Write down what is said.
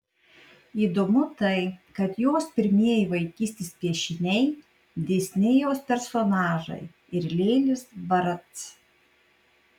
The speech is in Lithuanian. įdomu tai kad jos pirmieji vaikystės piešiniai disnėjaus personažai ir lėlės brac